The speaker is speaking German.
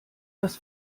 das